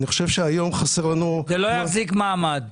זה לא יחזיק מעמד.